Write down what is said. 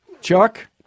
Chuck